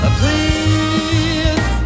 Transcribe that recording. please